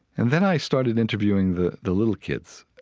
and then i started interviewing the the little kids.